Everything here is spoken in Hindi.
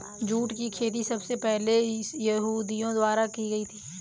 जूट की खेती सबसे पहले यहूदियों द्वारा की गयी थी